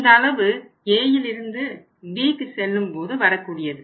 இந்தளவு Aயிலிருந்து Bக்கு செல்லும்போது வரக்கூடியது